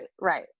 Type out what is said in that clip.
right